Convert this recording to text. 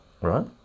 right